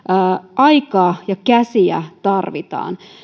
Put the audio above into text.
aikaa ja käsiä tarvitaan